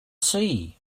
sea